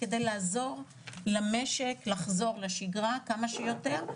כדי לעזור למשק לחזור לשגרה כמה שיותר,